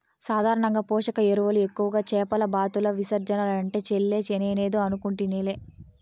సాధారణంగా పోషక ఎరువులు ఎక్కువగా చేపల బాతుల విసర్జనలంట చెల్లే నేనేదో అనుకుంటిలే